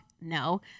no